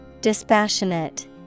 Dispassionate